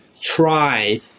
try